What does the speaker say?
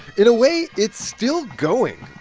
in a way, it's still going.